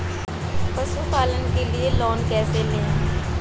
पशुपालन के लिए लोन कैसे लें?